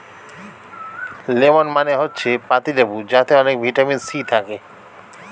lemon মানে হচ্ছে পাতিলেবু যাতে অনেক ভিটামিন সি থাকে